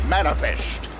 Manifest